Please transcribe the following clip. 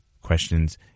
questions